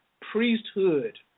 priesthood